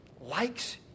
likes